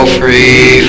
free